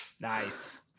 Nice